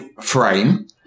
Frame